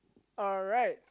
alright